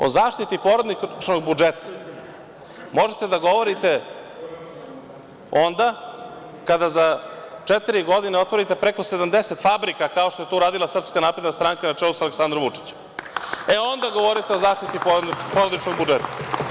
O zaštiti porodičnog budžeta možete da govorite onda kada za četiri godine otvorite preko 70 fabrika kao što je to uradila SNS na čelu sa Aleksandrom Vučićem, onda govorite o zaštiti porodičnog budžeta.